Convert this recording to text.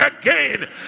again